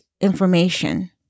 information